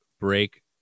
break